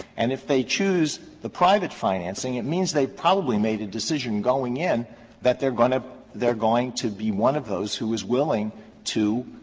and if they choose the private financing, it means they probably made a decision going in that they're going to they're going to be one of those who is willing to